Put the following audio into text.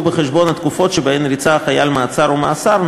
בחשבון התקופות שבהן ריצה החייל מעצר או מאסר,